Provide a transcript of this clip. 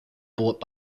bought